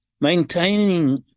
maintaining